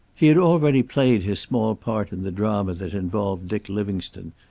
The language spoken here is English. he had already played his small part in the drama that involved dick livingstone,